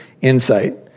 insight